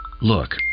Look